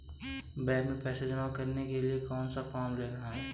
Bank में पैसा जमा करने के लिए कौन सा फॉर्म लेना है?